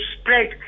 spread